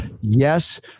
Yes